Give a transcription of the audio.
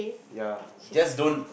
ya just don't